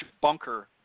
bunker